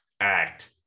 act